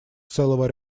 целого